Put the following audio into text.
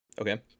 okay